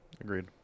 Agreed